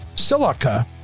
silica